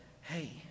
hey